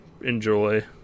enjoy